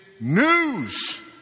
news